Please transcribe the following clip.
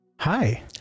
Hi